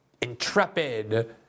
intrepid